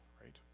right